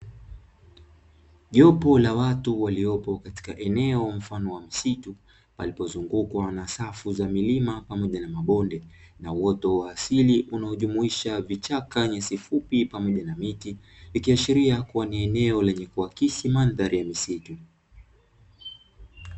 Jopo la watu waliopo katika eneo mfano wa msitu palipozungukwa na safu za milima pamoja na mabonde na uoto wa asili unaojumuisha vichaka, nyasi fupi pamoja na miti, ikiashiria kuwa ni eneo lenye kuakisi mandhari ya misitu.